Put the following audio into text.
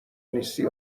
نیستی